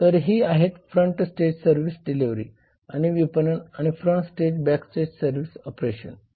तर ही आहेत फ्रंट स्टेज सर्व्हिस डिलीव्हरी आणि विपणन आणि फ्रंट स्टेज आणि बॅकस्टेज सर्व्हिस ऑपरेशन्स